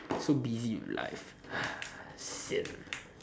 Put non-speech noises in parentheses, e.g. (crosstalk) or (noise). so busy with life (breath) sian